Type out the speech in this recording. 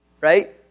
Right